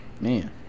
Man